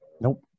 Nope